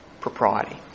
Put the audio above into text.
propriety